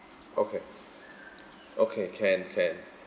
okay okay can can